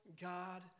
God